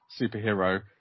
superhero